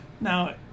Now